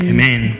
Amen